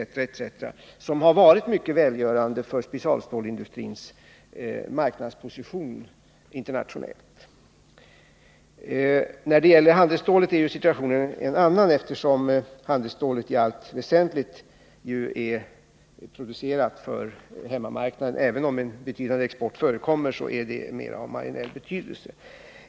Detta har varit mycket välgörande för specialstålsindustrins marknadsposition internationellt sett. När det gäller handelsstålet är situationen en annan, eftersom ju handelsstålet i allt väsentligt är producerat för hemmamarknaden. Även om en betydande export förekommer, är den av mera marginell betydelse.